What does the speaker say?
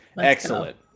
excellent